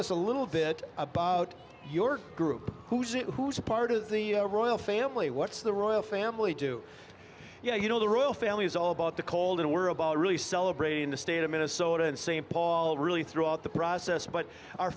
us a little bit about your group who's it who's part of the royal family what's the royal family do you know you know the royal family is all about the cold and we're really celebrating the state of minnesota in st paul really throughout the process but our